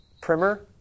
Primer